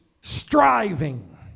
striving